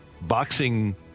boxing